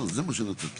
תתחיל מהתחלה.